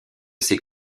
ses